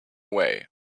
away